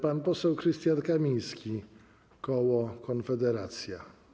Pan poseł Krystian Kamiński, koło Konfederacja.